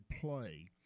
play